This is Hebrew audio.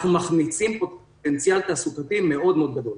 אנחנו מחמיצים פוטנציאל תעסוקתי מאוד-מאוד גדול.